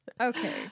Okay